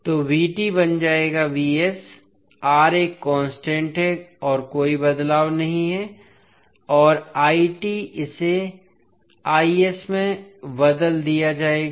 तो बन जाएगा एक कांस्टेंट है और कोई बदलाव नहीं है और इसे में बदल दिया जाएगा